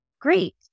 Great